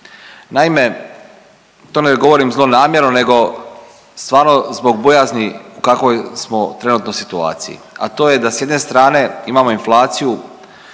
Naime, to ne govorim zlonamjerno nego stvarno zbog bojazni u kakvoj smo trenutno situaciji, a to je da s jedne strane imamo inflaciju